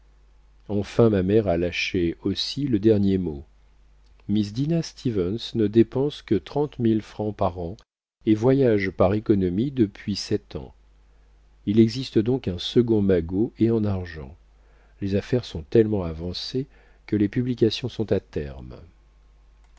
enfin ma mère a lâché aussi le dernier mot miss dinah stevens ne dépense que trente mille francs par an et voyage par économie depuis sept ans il existe donc un second magot et en argent les affaires sont tellement avancées que les publications sont à terme